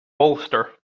bolster